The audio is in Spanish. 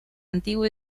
antiguo